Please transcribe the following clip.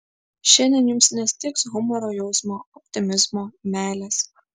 šiandien jums nestigs humoro jausmo optimizmo meilės